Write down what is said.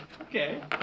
Okay